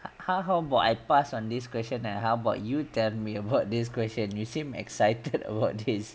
how how about I pass on this question lah how about you tell me about this question you seemed excited about his